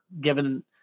given